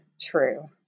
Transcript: true